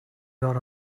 got